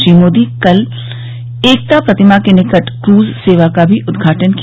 श्री मोदी कल एकता प्रतिमा के निकट क्रूज सेवा का भी उद्घाटन किया